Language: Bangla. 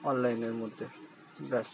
অনলাইনের মধ্যে ব্যাস